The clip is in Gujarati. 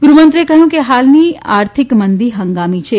ગૃહમંત્રીએ કહ્યું કે હાલની આર્થિક મંદી હંગામી છે